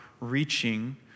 reaching